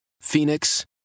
Phoenix